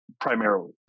primarily